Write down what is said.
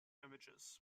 images